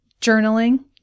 journaling